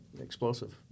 explosive